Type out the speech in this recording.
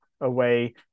away